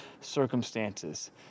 circumstances